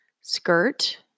skirt